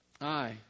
I